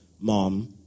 mom